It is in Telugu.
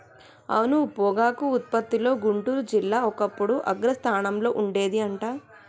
అవును పొగాకు ఉత్పత్తిలో గుంటూరు జిల్లా ఒకప్పుడు అగ్రస్థానంలో ఉండేది అంట